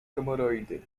hemoroidy